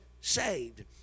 saved